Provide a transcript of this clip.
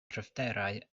cryfderau